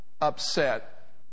Upset